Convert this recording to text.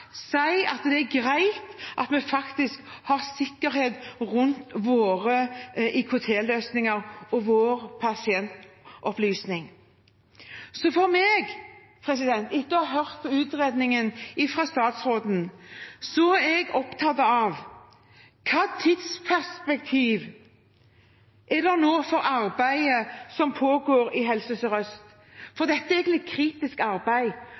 at det er greit, vi har sikkerhet rundt våre IKT-løsninger og våre pasientopplysninger. Etter å ha hørt utredningen fra statsråden er jeg opptatt av: Hvilket tidsperspektiv er det for det arbeidet som nå pågår i Helse Sør-Øst? Dette er et kritisk arbeid,